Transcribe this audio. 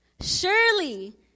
Surely